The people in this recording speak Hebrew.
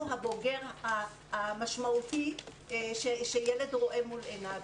הבוגר המשמעותי שילד רואה מול עיניו,